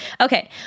Okay